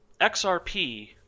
XRP